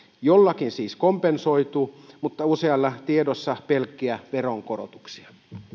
jollakin siis kompensoituu mutta usealla tiedossa pelkkiä veronkorotuksia